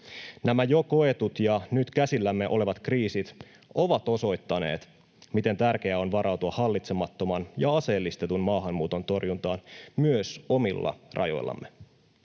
Nämä jo koetut ja nyt käsillämme olevat kriisit ovat osoittaneet, miten tärkeää on varautua hallitsemattoman ja aseellistetun maahanmuuton torjuntaan myös omilla rajoillamme,